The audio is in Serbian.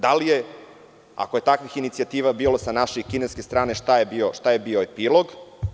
Da li je, ako je takvih inicijativa bilo sa naše i kineske strane, šta je bio epilog?